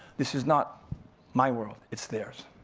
this is not my world, it's theirs.